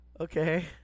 okay